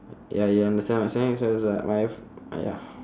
ya you understand what I'm saying so it's like my f~ ya